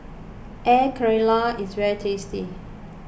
Air Karthira is very tasty